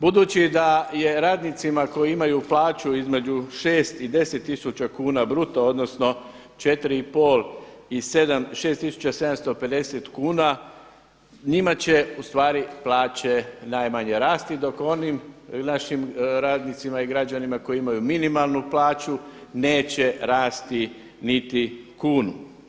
Budući da je radnicima koji imaju plaću između 6 i 10 tisuća kuna bruto, odnosno 4,5 i 6 750 kuna njima će ustvari plaće najmanje rasti dok onim našim radnicima i građanima koji imaju minimalnu plaću neće rasti niti kunu.